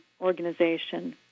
organization